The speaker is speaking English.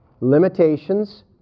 Limitations